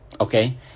okay